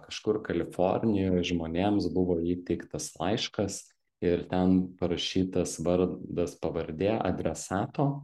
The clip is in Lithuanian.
kažkur kalifornijoj žmonėms buvo įteiktas laiškas ir ten parašytas vardas pavardė adresato